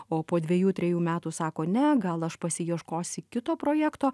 o po dvejų trejų metų sako ne gal aš pasiieškosiu kito projekto